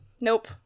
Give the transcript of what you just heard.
nope